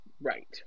Right